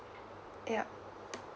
yup